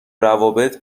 روابط